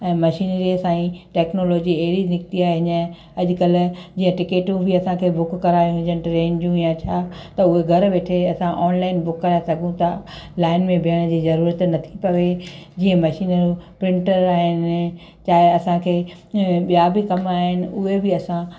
ऐं मशीनरी सां ई टैक्नोलॉजी अहिड़ी निकिती आहे ईअं अॼुकल्ह जीअं टिकटूं बि असांखे बुक कराइणी हुजनि ट्रेन जूं या छा त उहे घरु वेठे असां ऑनलाइन बुक कराए सघूं था लाइन में बीहण जी ज़रूअत नथी पए जीअं मशीनरियूं प्रिंटर आहिनि चाहे असांखे ॿियां बि कमु आहिनि उहे बि असां